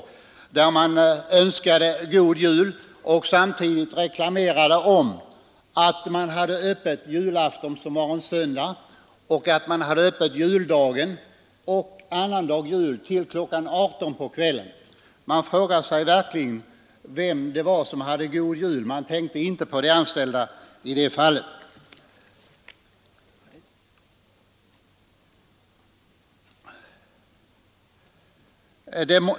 På detta flygblad önskade man god jul och reklamerade samtidigt om att man hade öppet julafton, som var en söndag, juldagen och annandag jul till kl. 18 på kvällen. Man frågar sig verkligen vem det var som hade god jul. Man tänkte inte på de anställda i det fallet.